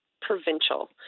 provincial